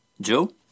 Joe